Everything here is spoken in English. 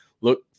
Look